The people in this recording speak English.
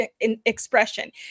expression